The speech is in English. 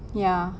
ya